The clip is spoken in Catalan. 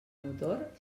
motor